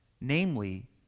namely